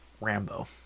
Rambo